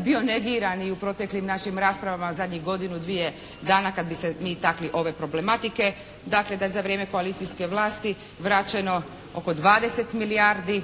bio negiran i u proteklim našim raspravama zadnjih godinu, dvije dana kad bi se mi takli ove problematike, dakle da za vrijeme koalicijske vlasti vraćeno oko 20 milijardi